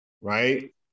right